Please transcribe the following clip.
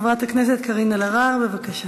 חברת הכנסת קארין אלהרר, בבקשה.